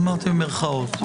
אמרתי במירכאות.